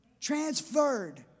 Transferred